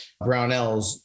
Brownells